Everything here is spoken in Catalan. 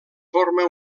forma